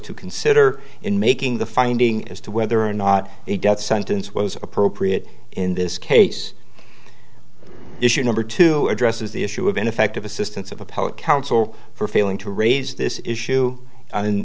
to consider in making the finding as to whether or not a death sentence was appropriate in this case issue number two addresses the issue of ineffective assistance of a poet counsel for failing to raise this issue